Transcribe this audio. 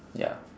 ya